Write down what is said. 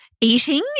eating